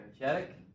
energetic